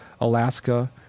Alaska